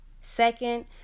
Second